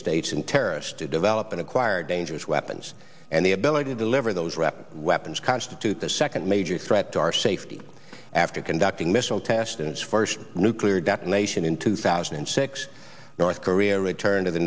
states in terrorists to develop an acquire dangerous weapons and the ability to deliver those wrap weapons constitute the second major threat to safety after conducting missile test and its first nuclear detonation in two thousand and six north korea returned to the